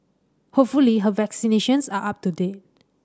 hopefully her vaccinations are up to date